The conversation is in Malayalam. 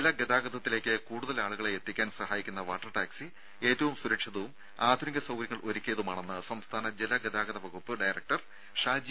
ജലഗതാഗതത്തിലേക്ക് കൂടുതൽ ആളുകളെ എത്തിക്കാൻ സഹായിക്കുന്ന വാട്ടർ ടാക്സി ഏറ്റവും സുരക്ഷിതവും ആധുനിക സൌകര്യങ്ങളും ഒരുക്കിയതാണെന്ന് സംസ്ഥാന ജലഗതാഗത വകുപ്പ് ഡയറക്ടർ ഷാജി